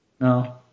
No